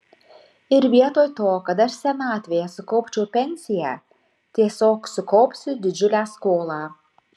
ir vietoj to kad aš senatvėje sukaupčiau pensiją tiesiog sukaupsiu didžiulę skolą